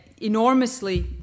enormously